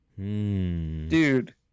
dude